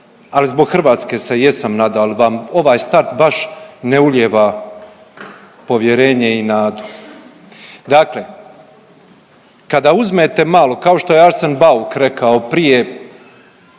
ali zbog Hrvatske se jesam nadao, ali vam ovaj stav baš ne ulijeva povjerenje i nadu. Dakle, kada uzmete malo, kao što je Arsen Bauk rekao prije,